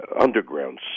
underground